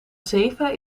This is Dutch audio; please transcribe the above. zeven